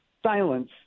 Silence